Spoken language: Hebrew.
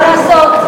מה לעשות?